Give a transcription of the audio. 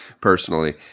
personally